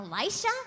Elisha